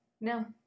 No